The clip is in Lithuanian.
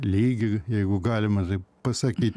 lygį jeigu galima taip pasakyt